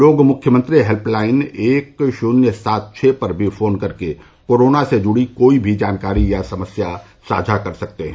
लोग मुख्यमंत्री हेल्पलाइन एक शून्य सात छः पर भी फोन कर के कोरोना से जुड़ी कोई भी जानकारी या समस्या साझा कर सकते हैं